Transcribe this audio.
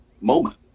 moment